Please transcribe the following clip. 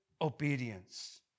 obedience